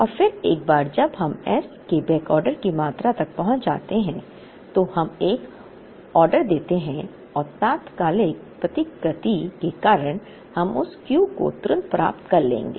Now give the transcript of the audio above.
और फिर एक बार जब हम s के बैकऑर्डर की मात्रा तक पहुँच जाते हैं तो हम एक आदेश देते हैं और तात्कालिक प्रतिकृति के कारण हम उस Q को तुरंत प्राप्त कर लेंगे